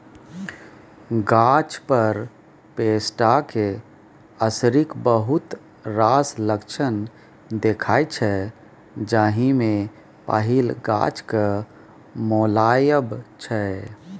गाछ पर पेस्टक असरिक बहुत रास लक्षण देखाइ छै जाहि मे पहिल गाछक मौलाएब छै